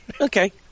Okay